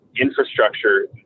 infrastructure